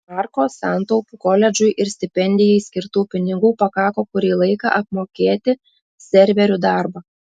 marko santaupų koledžui ir stipendijai skirtų pinigų pakako kurį laiką apmokėti serverių darbą